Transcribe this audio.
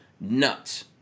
nuts